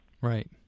Right